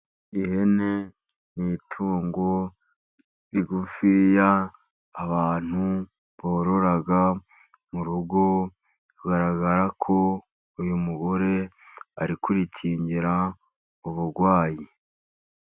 Ihene ni itungo rigufi, abantu borora mu rugo. Bigaragara ko uy' umugore ari kurikingira uburwayi.